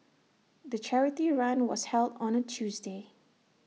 the charity run was held on A Tuesday